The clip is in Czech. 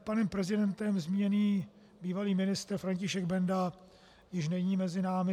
Panem prezidentem zmíněný bývalý ministr František Benda již není mezi námi.